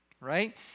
right